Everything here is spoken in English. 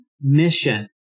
mission